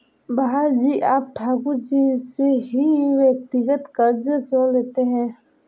भाई जी आप ठाकुर जी से ही व्यक्तिगत कर्ज क्यों लेते हैं?